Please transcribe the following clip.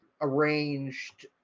arranged